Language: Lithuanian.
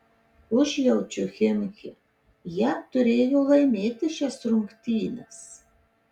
užjaučiu chimki jie turėjo laimėti šias rungtynes